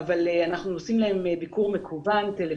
ואז אנחנו מטפלים בהן גם בקורונה וגם בקשר